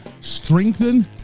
strengthen